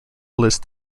list